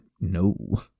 No